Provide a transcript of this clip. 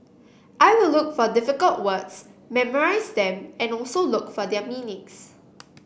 I will look for difficult words memorise them and also look for their meanings